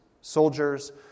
soldiers